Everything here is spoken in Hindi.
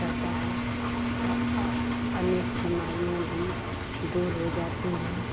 रहता है हाँ आ अनेक बीमारियाँ भी दूर हो जाती हैं